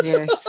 Yes